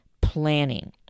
planning